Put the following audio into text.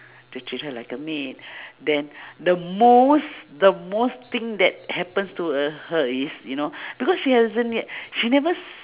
they treat her like a maid then the most the most thing that happens to uh her is you know because she hasn't yet she never s~